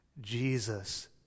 Jesus